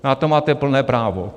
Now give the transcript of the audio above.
Na to máte plné právo.